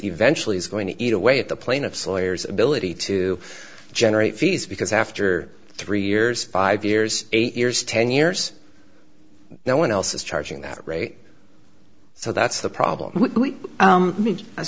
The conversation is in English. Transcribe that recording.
eventually is going to eat away at the plaintiff's lawyers ability to generate fees because after three years five years eight years ten years no one else is charging that rate so that's the problem with